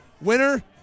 Winner